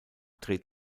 dreht